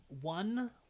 one